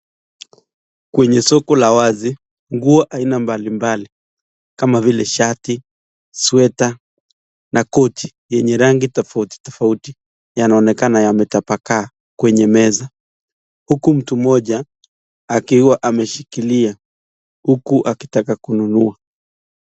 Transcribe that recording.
Kwenye soko la wazi nguo aina mbali mbali, kama vile shati, sweta, na koti yenye rangi tofauti tofauti, yanaonekana yametapakaa kwenye meza. Huku mtu moja akiwa ameshikilia akitaka kununua.